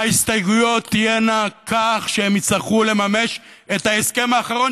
וההסתייגויות תהיינה כך שהם יצטרכו לממש את ההסכם האחרון,